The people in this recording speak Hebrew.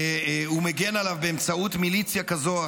שהוא מגן עליו באמצעות מיליציה כזו או